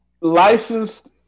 licensed